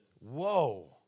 Whoa